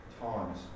times